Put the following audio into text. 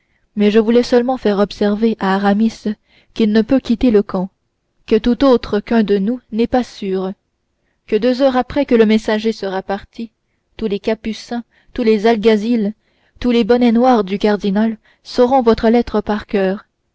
mais je voulais seulement faire observer à aramis qu'il ne peut quitter le camp que tout autre qu'un de nous n'est pas sûr que deux heures après que le messager sera parti tous les capucins tous les alguazils tous les bonnets noirs du cardinal sauront votre lettre par coeur